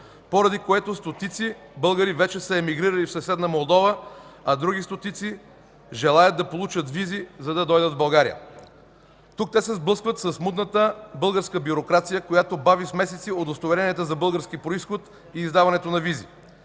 поради което стотици българи вече са емигрирали в съседна Молдова, а други стотици желаят да получат визи, за да дойдат в България. Тук се сблъскват с мудната българска бюрокрация, която бави с месеци удостоверенията за български произход и издаването на визи.